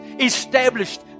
established